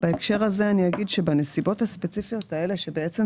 בהקשר הזה היא הגודל של התאגיד והחשיבות של התאגיד בעיני המשרד.